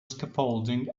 scaffolding